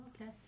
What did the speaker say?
Okay